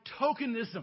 tokenism